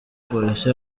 polisi